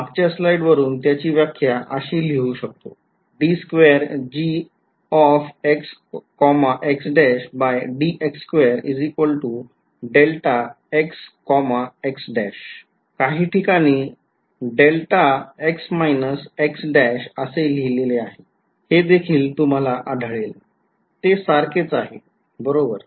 मागच्या स्लाईड वरून त्याची व्याख्या अशी लिहू शकतो काही ठिकाणी असे लिहिले देखील तुम्हाला आढळेल ते सारखेच आहे बरोबर